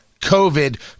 COVID